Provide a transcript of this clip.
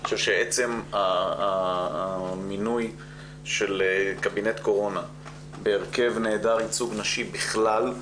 אני חושב שעצם המינוי של קבינט קורונה בהרכב נעדר ייצוג נשי בכלל,